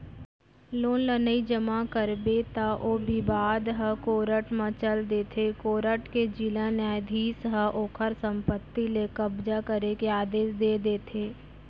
loan ल नइ जमा करबे त ओ बिबाद ह कोरट म चल देथे कोरट के जिला न्यायधीस ह ओखर संपत्ति ले कब्जा करे के आदेस दे देथे